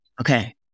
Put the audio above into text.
Okay